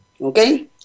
okay